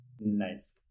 nice